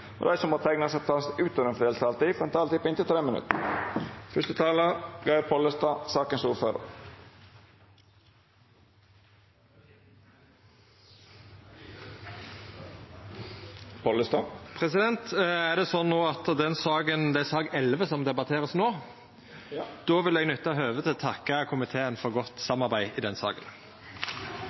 og dei som måtte teikna seg på talarlista utover den fordelte taletida, får ei taletid på inntil 3 minutt. Om det slik at det er sak nr. 11 som vert debattert no, vil eg nytta høvet til å takka komiteen for godt samarbeid i den saka!